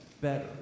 better